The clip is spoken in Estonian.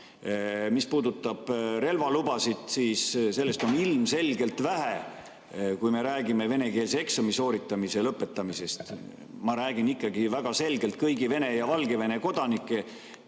Mis puudutab relvalubasid, siis sellest on ilmselgelt vähe, kui me räägime venekeelse eksami sooritamise lõpetamisest. Ma räägin ikkagi väga selgelt kõigi Venemaa ja Valgevene kodanike